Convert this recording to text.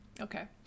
Okay